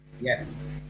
Yes